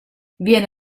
viene